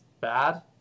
bad